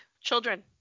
children